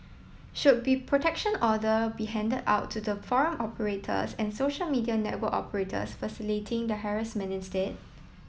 should be protection order be handed out to the forum operators and social media network operators facilitating the harassment instead